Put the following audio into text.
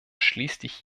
schließlich